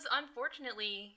unfortunately